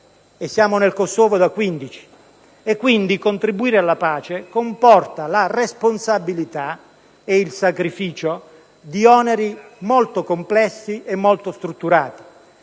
in Kosovo da quindici. Quindi, contribuire alla pace comporta la responsabilità e il sacrificio con oneri molto complessi e molto strutturati.